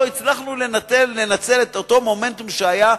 לא הצלחנו לנצל את אותו מומנטום שהיה,